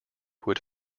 would